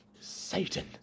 satan